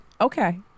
Okay